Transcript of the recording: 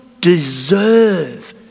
deserve